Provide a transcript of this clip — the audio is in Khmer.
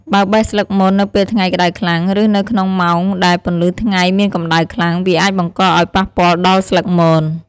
បើបេះស្លឹកមននៅពេលថ្ងៃក្ដៅខ្លាំង ឬនៅក្នុងម៉ោងដែលពន្លឺថ្ងៃមានកម្តៅខ្លាំង វាអាចបង្កឱ្យប៉ះពាល់ដល់ស្លឹកមន។